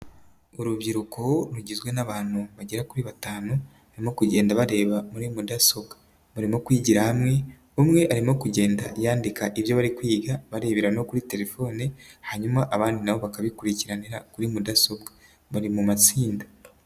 Urubyiruko rugizwe n'abantu bagera kuri batanu barimo kugenda bareba muri mudasobwa, barimo kwigira hamwe umwe arimo kugenda yandika ibyo bari kwiga barebera no kuri telefone, hanyuma abandi nabo bakabikurikiranira kuri mudasobwa bari mu matsinda.